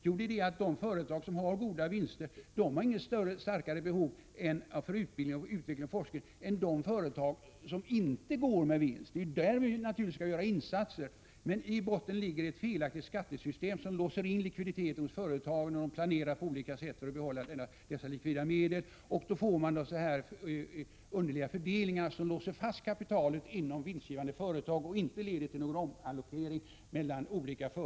Jo, de företag som har goda vinster har inte starkare behov av utbildning, utveckling och forskning än de företag som inte går med vinst. Det är naturligtvis där vi skall göra insatser. I botten ligger ett felaktigt skattesystem som låser in likviditeten hos företagen. De planerar på olika sätt för att behålla dessa likvida medel. Då får man denna underliga fördelning som låser fast kapitalet inom vinstgivan — Prot. 1986/87:95 de företag och inte leder till någon omallokering mellan olika företag.